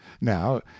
now